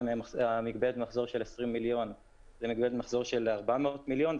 מגבלת מחזור של 20 מיליון למגבלת מחזור של 400 מיליון,